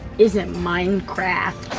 is it minecraft?